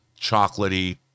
chocolatey